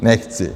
Nechci.